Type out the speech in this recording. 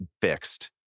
fixed